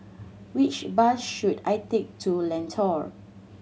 which bus should I take to Lentor